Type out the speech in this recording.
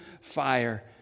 fire